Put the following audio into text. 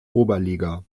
oberliga